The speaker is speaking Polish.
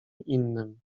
innym